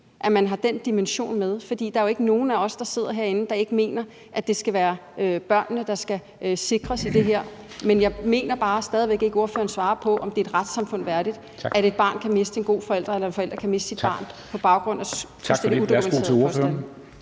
at man har den dimension med. For der er jo ikke nogen af os, der sidder herinde, der ikke mener, at det skal være børnene, der skal sikres i det her. Men jeg mener bare stadig væk ikke, ordføreren svarer på, om det er et retssamfund værdigt, at et barn kan miste en god forælder, eller at en forælder kan miste sit barn på baggrund af fuldstændig udokumenterede